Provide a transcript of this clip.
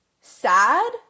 sad